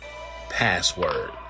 password